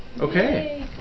Okay